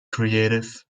creative